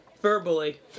verbally